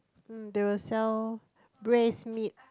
mm they will sell braised meat